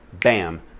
bam